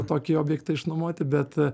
tokį objektą išnuomoti bet